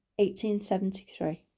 1873